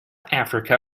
africa